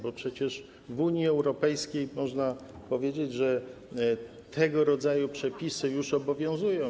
Bo przecież w Unii Europejskiej można powiedzieć, że tego rodzaju przepisy już obowiązują.